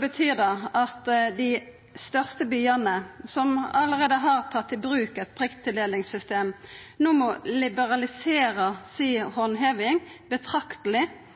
betyr det at dei største byane, som allereie har tatt i bruk eit prikktildelingssystem, no må liberalisera handhevinga betrakteleg